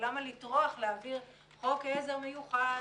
ולמה לטרוח להעביר חוק עזר מיוחד.